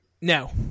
No